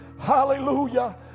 Hallelujah